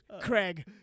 Craig